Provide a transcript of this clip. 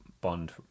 Bond